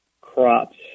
crops